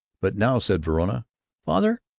but now said verona father!